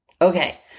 Okay